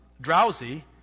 drowsy